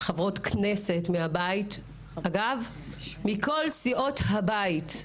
חברות כנסת מכל סיעות הבית,